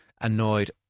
annoyed